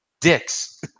dicks